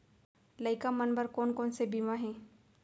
लइका मन बर कोन कोन से बीमा हे?